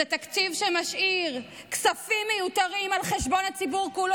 זה תקציב שמשאיר כספים מיותרים על חשבון הציבור כולו,